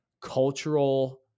cultural